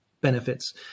benefits